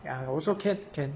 ya also can can